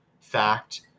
fact